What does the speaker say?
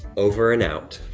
over and out.